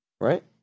right